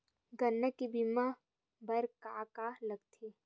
गन्ना के बीमा बर का का लगथे?